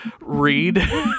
read